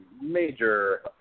major –